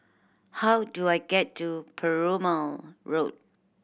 how do I get to Perumal Road